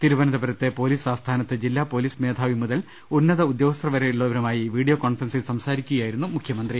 തിരുവ നന്തപുരത്തെ പൊലീസ് ആസ്ഥാനത്ത് ജില്ലാ പൊലീസ് മേധാവി മുതൽ ഉന്നത ഉദ്യോഗസ്ഥർവരെയുള്ളവരുമായി വീഡിയോ കോൺഫറൻസിൽ സംസാരിക്കുകയായിരുന്നു മുഖ്യമന്ത്രി